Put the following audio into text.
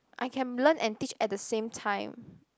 I can learn and teach at the same time